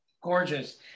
Gorgeous